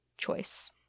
choice